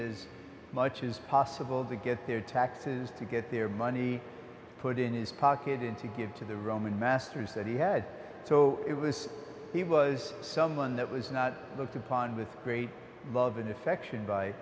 as much as possible to get their taxes to get their money put in his pocket and to give to the roman masters that he had so it was he was someone that was not looked upon with great love and affection by